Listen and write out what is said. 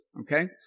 okay